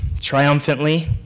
triumphantly